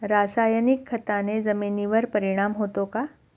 रासायनिक खताने जमिनीवर परिणाम होतो का?